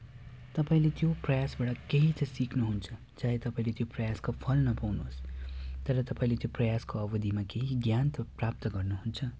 तपाईँले त्यो प्रयासबाट केही त सिक्नुहुन्छ चाहे तपाईँले त्यो प्रयासको फल नपाउनुहोस् तर तपाईँले त्यो प्रयासको अवधिमा केही ज्ञान त प्राप्त गर्नुहुन्छ